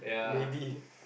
maybe